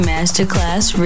Masterclass